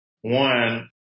One